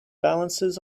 balances